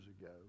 ago